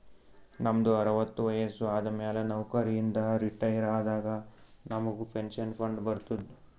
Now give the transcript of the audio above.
ನಮ್ದು ಅರವತ್ತು ವಯಸ್ಸು ಆದಮ್ಯಾಲ ನೌಕರಿ ಇಂದ ರಿಟೈರ್ ಆದಾಗ ನಮುಗ್ ಪೆನ್ಷನ್ ಫಂಡ್ ಬರ್ತುದ್